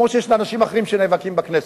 כמו שיש אנשים אחרים שנאבקים בכנסת.